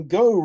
go